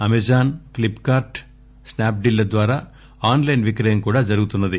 Amazon Flipkart Snapdeal ల ద్వారా online విక్రయం కూడా జరుగుతున్నది